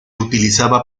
utilizaba